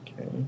Okay